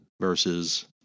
versus